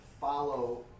follow